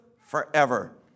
forever